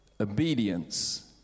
Obedience